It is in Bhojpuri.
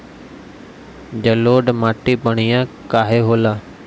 जलोड़ माटी बढ़िया काहे होला?